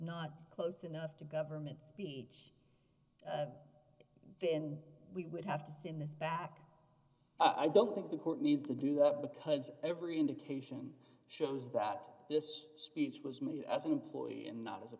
not close enough to government speech then we would have to see in this back i don't think the court needs to do that because every indication shows that this speech was made as an employee in not as a